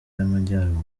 y’amajyaruguru